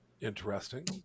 Interesting